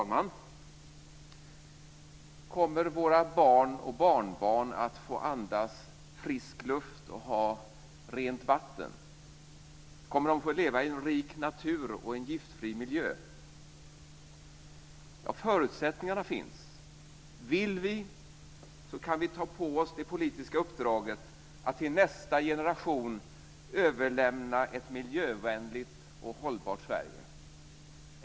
Herr talman! Kommer våra barn och barnbarn att få andas frisk luft och ha rent vatten? Kommer de att få leva i en rik natur och en giftfri miljö? Förutsättningarna finns. Om vi vill, kan vi ta på oss det politiska uppdraget att överlämna ett miljövänligt och hållbart Sverige till nästa generation.